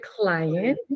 client